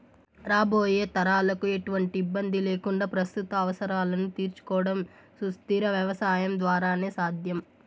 రాబోయే తరాలకు ఎటువంటి ఇబ్బంది లేకుండా ప్రస్తుత అవసరాలను తీర్చుకోవడం సుస్థిర వ్యవసాయం ద్వారానే సాధ్యం